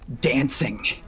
dancing